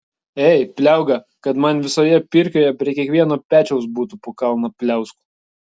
ei pliauga kad man visoje pirkioje prie kiekvieno pečiaus būtų po kalną pliauskų